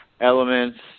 elements